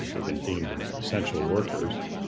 they've been deemed and and essential workers.